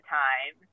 time